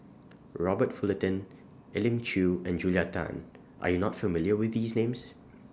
Robert Fullerton Elim Chew and Julia Tan Are YOU not familiar with These Names